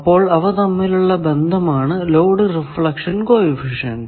അപ്പോൾ അവ തമ്മിലുള്ള ബന്ധം ആണ് ലോഡ് റിഫ്ലക്ഷൻ കോ എഫിഷ്യന്റ്